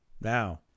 Now